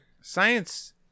Science